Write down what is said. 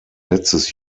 letztes